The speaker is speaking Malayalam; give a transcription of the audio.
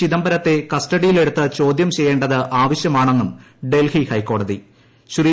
ചിദംബരത്തെ കസ്റ്റഡിയിലെടുത്ത് ചോദ്യം ചെയ്യേണ്ടത് ആവശ്യമാണെന്നും ഡൽഹി ഹൈക്കോടതി ശ്രീ